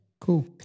Cool